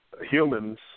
humans